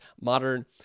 modern